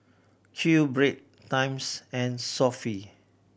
QBread Times and Sofy